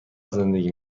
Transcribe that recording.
زندگی